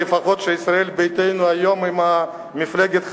שישראל ביתנו היום היא עם מפלגת חד"ש.